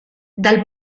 dal